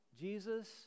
Jesus